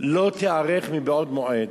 לא תיערך מבעוד מועד,